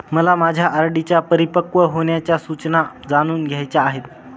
मला माझ्या आर.डी च्या परिपक्व होण्याच्या सूचना जाणून घ्यायच्या आहेत